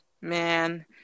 Man